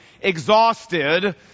exhausted